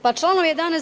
Pa, članom 11.